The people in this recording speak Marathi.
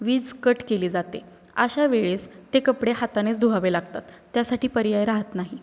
वीज कट केली जाते आशा वेळेस ते कपडे हातानेच धुवावे लागतात त्यासाठी पर्याय राहत नाही